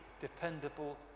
dependable